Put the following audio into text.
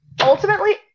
ultimately